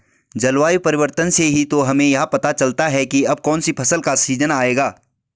जलवायु परिवर्तन से ही तो हमें यह पता चलता है की अब कौन सी फसल का सीजन आयेगा